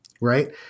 right